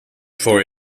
for